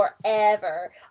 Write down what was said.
forever